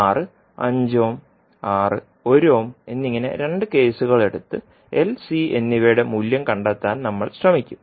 R 5 ohm R 1 ohm എന്നിങ്ങനെ 2 കേസുകൾ എടുത്ത് LC എൽ സി എന്നിവയുടെ മൂല്യം കണ്ടെത്താൻ നമ്മൾ ശ്രമിക്കും